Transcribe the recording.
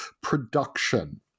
production